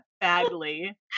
badly